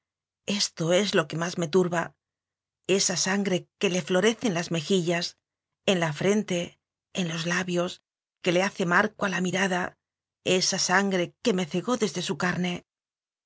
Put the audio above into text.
esto es lo que más me turba esa sangre que le florece en las mejillas en la frente en los labios que le hace marco a la mirada esa sangre que me cegó desde su carne